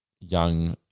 young